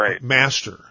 master